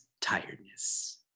tiredness